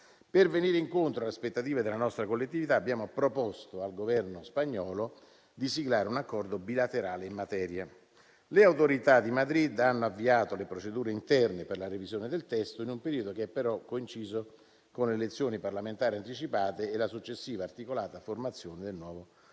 Per venire incontro alle aspettative della nostra collettività, abbiamo proposto al Governo spagnolo di siglare un accordo bilaterale in materia. Le autorità di Madrid hanno avviato le procedure interne per la revisione del testo, in un periodo che è però coinciso con le elezioni parlamentari anticipate e la successiva articolata formazione del nuovo Governo